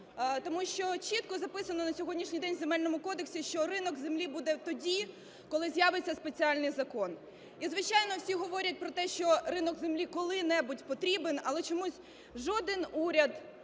Тому що чітко записано на сьогоднішній день в Земельному кодексі, що ринок землі буде тоді, коли з'явиться спеціальний закон. І, звичайно, всі говорять про те, що ринок землі коли-небудь потрібен, але чомусь жоден уряд,